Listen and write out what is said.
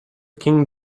king